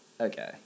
Okay